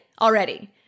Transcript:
already